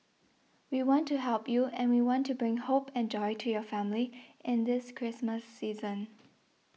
we want to help you and we want to bring hope and joy to your family in this Christmas season